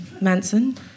Manson